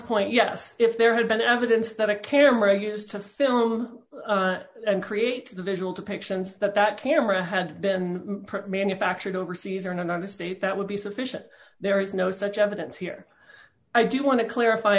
point yes if there had been evidence that a camera used to film and create visual depictions that that camera had been manufactured overseas or in another state that would be sufficient there is no such evidence here i do want to clarify